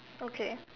okay